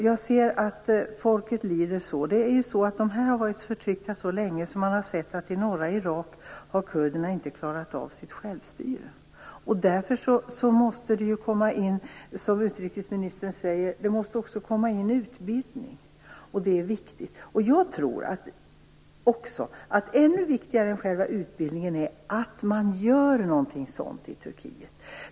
Jag ser att folket lider så. De har varit förtryckta så länge att kurderna i norra Irak inte har klarat av sitt självstyre. Därför måste det, som utrikesministern sade, också komma in utbildning. Det är viktigt. Jag tror också att ännu viktigare än själva utbildningen är att man göra någonting sådant i Turkiet.